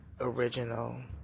original